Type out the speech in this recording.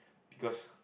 because